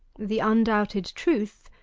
the undoubted truth,